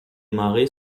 marées